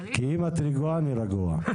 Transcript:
אם את רגועה, אני רגוע.